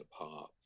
apart